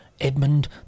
Edmund